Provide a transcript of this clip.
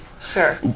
Sure